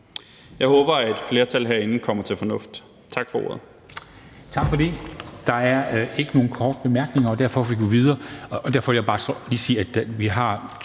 Jeg håber, at et flertal herinde kommer til fornuft. Tak for ordet.